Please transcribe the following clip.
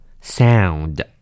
Sound